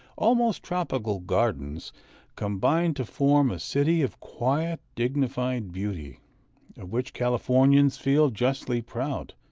almost tropical gardens combine to form a city of quiet, dignified beauty, of which californians feel justly proud.